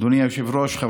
היושב-ראש.